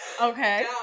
Okay